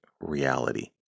reality